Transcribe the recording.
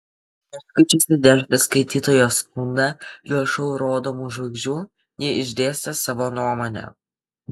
perskaičiusi delfi skaitytojo skundą dėl šou rodomų žvaigždžių ji išdėstė savo nuomonę